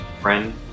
friend